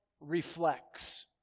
reflects